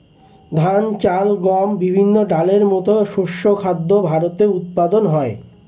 ধান, চাল, গম, বিভিন্ন ডালের মতো শস্য খাদ্য ভারতে উৎপাদন হয়